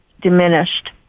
diminished